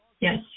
Yes